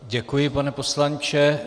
Děkuji, pane poslanče.